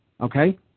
okay